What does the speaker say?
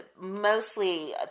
mostly